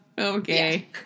Okay